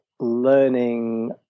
Learning